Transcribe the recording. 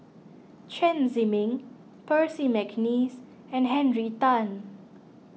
Chen Zhiming Percy McNeice and Henry Tan